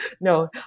No